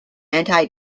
anti